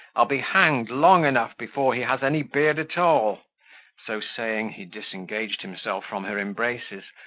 i'll be hanged, long enough before he has any beard at all so saying, he disengaged himself from her embraces,